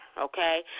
okay